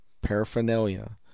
paraphernalia